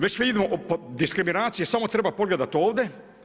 Već vidimo diskriminacije samo treba pogledat ovdje.